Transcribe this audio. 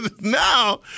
Now